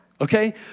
Okay